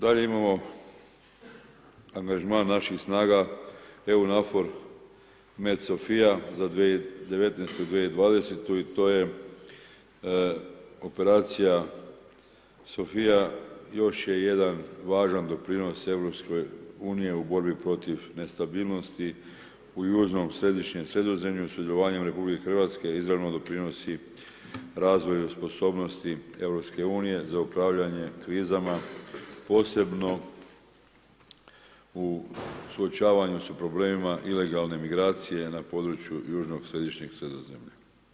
Dalje, imamo angažman naših snaga EU NAFOR MED SOFIA ZA 2019., 2020. i to je operacija SOFIA još je jedan važan doprinos Europskoj uniji u borbi protiv nestabilnosti u južnom središnjem Sredozemlju sudjelovanjem RH izravno doprinosi razvoju sposobnosti Europske unije za upravljanje krizama posebno u suočavanju s problemima ilegalne migracije na području južnog središnjeg Sredozemlja.